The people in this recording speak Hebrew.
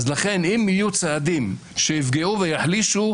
אם יהיו צעדים שיפגעו ויחלישו,